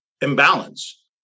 imbalance